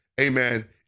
amen